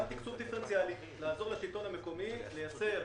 גם תקצוב דיפרנציאלי כדי לעזור לשלטון המקומי לייצר